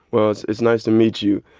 well, it's it's nice to meet you.